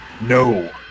No